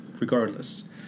regardless